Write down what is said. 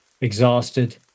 Exhausted